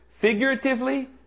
figuratively